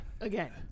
Again